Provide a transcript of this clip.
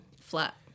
flat